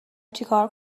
چیکار